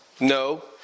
No